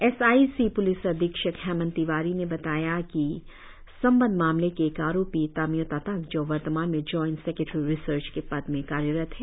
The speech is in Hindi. एस आई सी प्लिस अधिक्षक हेमंत तिवारी ने बताया कि संबद्ध मामले के एक आरोपी तामियो ताताक जो वर्तमान में जोइंट सेक्रेटरी रिसर्ज के पद में कार्यरत है